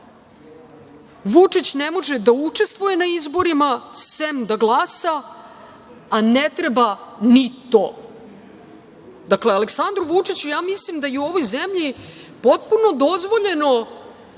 Vučić ne može da učestvuje na izborima, sem da glasa, a ne treba ni to. Dakle, Aleksandru Vučiću ja mislim da je u ovoj zemlji potpuno dozvoljeno